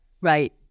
Right